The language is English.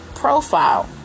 profile